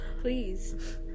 Please